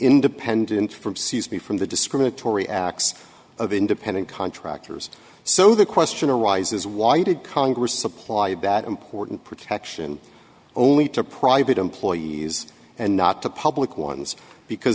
independent from c s p from the discriminatory acts of independent contractors so the question arises why did congress supply bad important protection only to private employees and not to public ones because